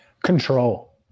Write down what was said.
Control